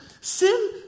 Sin